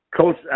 Coach